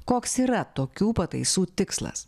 koks yra tokių pataisų tikslas